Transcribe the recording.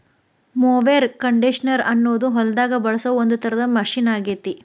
mower conditioner ಅನ್ನೋದು ಹೊಲದಾಗ ಬಳಸೋ ಒಂದ್ ತರದ ಮಷೇನ್ ಆಗೇತಿ